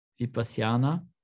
Vipassana